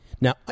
Now